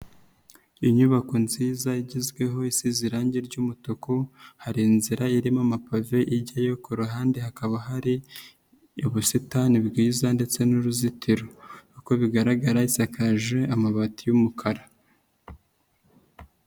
Inyubako nziza igezweho isize irangi ry'umutuku, hari inzira irimo amapave ijyayo ku ruhande hakaba hari ubusitani bwiza ndetse n'uruzitiro, uko bigaragara isakaje amabati y'umukara.